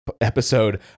episode